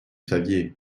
saviez